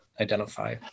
identify